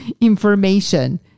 information